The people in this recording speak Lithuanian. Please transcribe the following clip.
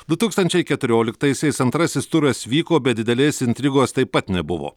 du tūkstančiai keturioliktaisiais antrasis turas vyko bet didelės intrigos taip pat nebuvo